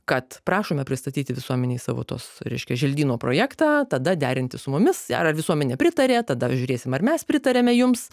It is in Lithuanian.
kad prašome pristatyti visuomenei savo tos reiškia želdyno projektą tada derinti su mumis ar visuomenė pritarė tada žiūrėsim ar mes pritariame jums